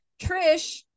Trish